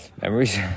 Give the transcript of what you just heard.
Memories